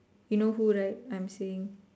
you know who right I'm saying